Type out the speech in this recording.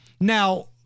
Now